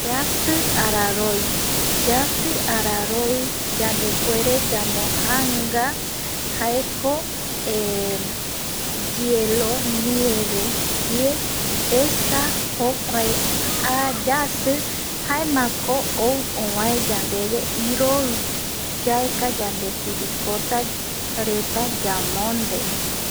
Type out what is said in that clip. Yasi araroi yandepuere yamo janga jaeko, yielo, nieve esa kokua yasi jaema ko ou obae yandeve iroi yaeka yande sirikota yamonde